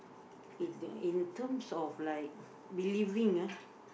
in the in terms of like believing ah